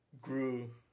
grew